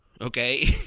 Okay